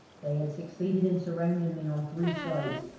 they had succeeded in surrounding me on three sides,